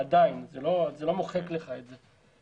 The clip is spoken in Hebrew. זה לא מוחק לך את זה.